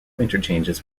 interchanges